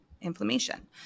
inflammation